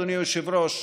אדוני היושב-ראש,